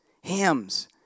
hymns